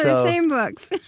same books.